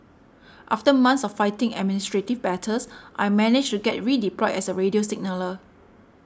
after months of fighting administrative battles I managed to get redeployed as a radio signaller